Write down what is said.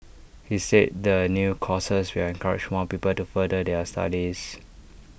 he said the new courses will encourage more people to further their studies